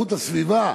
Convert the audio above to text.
לאיכות הסביבה,